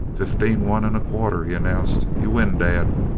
fifteen one and a quarter, he announced. you win, dad!